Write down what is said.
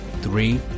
Three